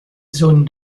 zones